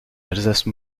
alsace